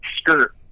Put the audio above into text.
skirt